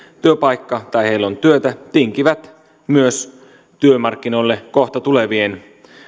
työpaikka tai on työtä tinkivät myös työmarkkinoille kohta tulevien